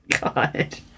God